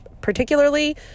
particularly